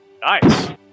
Nice